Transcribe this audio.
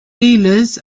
dealers